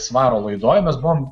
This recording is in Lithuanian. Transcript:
svaro laidoj mes buvome